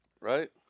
Right